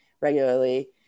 regularly